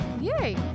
Yay